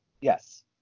yes